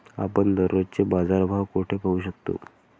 आपण दररोजचे बाजारभाव कोठे पाहू शकतो?